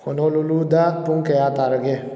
ꯍꯣꯅꯣꯂꯨꯂꯨꯗ ꯄꯨꯡ ꯀꯌꯥ ꯇꯥꯔꯒꯦ